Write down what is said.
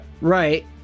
right